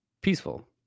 peaceful